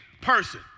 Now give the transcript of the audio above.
person